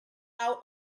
out